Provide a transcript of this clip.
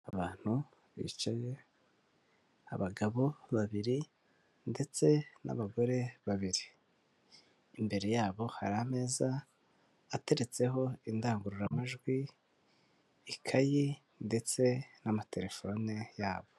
Abantu bicaye abagabo babiri ndetse n'abagore babiri, imbere yabo hari ameza ateretseho indangururamajwi, ikayi ndetse n'amatelefone yabo.